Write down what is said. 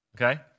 Okay